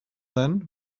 then